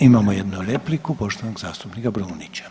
Imamo jedno repliku, poštovanog zastupnika Brumnića.